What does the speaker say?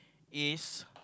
is